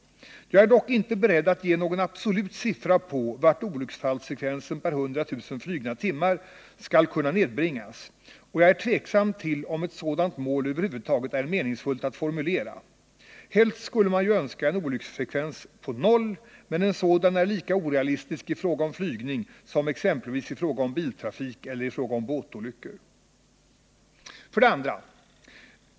Jag är dock inte beredd att ge någon absolut siffra på hur lågt olycksfallsfrekvensen per 100000 flugna timmar skall kunna nedbringas, och jag är tveksam till om ett sådant mål över huvud taget är meningsfullt att formulera. Helst skulle man ju önska en olycksfrekvens på noll, men en sådan är lika orealistisk i fråga om flygning som exempelvis i fråga om biltrafik eller i fråga om båtolyckor. 2.